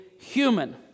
Human